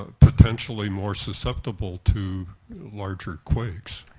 ah potentially more susceptible to larger quakes.